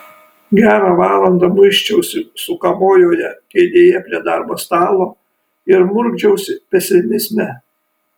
gerą valandą muisčiausi sukamojoje kėdėje prie darbo stalo ir murkdžiausi pesimizme